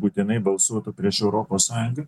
būtinai balsuotų prieš europos sąjungą